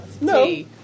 No